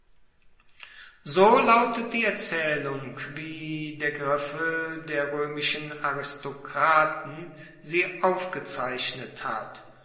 so lautet die erzaehlung wie der griffel der roemischen aristokraten sie aufgezeichnet hat